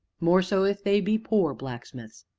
more so if they be poor blacksmiths.